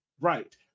Right